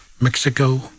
Mexico